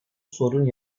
sorun